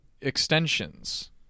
extensions